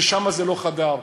ושם זה לא חדר,